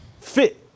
fit